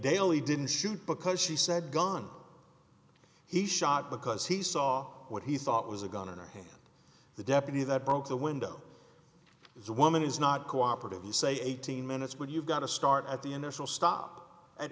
daily didn't shoot because she said gun he shot because he saw what he thought was a gun or hand the deputy that broke the window if the woman is not cooperatively say eighteen minutes but you've got to start at the initial stop at